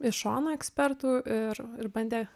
iš šono ekspertų ir ir bandė